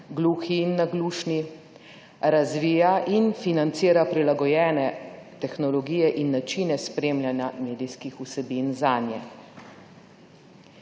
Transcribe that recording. gluhi in naglušni, razvija in financira prilagojene tehnologije in načine spremljanja medijskih vsebin zanje.